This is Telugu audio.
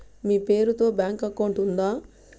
మీ పేరు తో బ్యాంకు అకౌంట్ ఉందా?